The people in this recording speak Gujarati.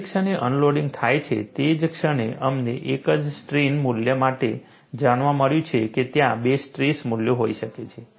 જે ક્ષણે અનલોડિંગ થાય છે તે જ ક્ષણે અમને એક જ સ્ટ્રેઇન મૂલ્ય માટે જાણવા મળ્યું છે કે ત્યાં બે સ્ટ્રેસ મૂલ્યો હોઈ શકે છે